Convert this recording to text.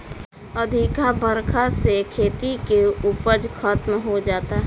अधिका बरखा से खेती के उपज खतम हो जाता